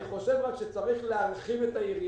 אני חושב רק שצריך להרחיב את היריעה.